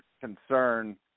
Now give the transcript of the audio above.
concern